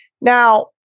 Now